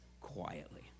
quietly